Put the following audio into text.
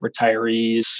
retirees